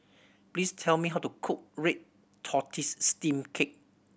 please tell me how to cook red tortoise steamed cake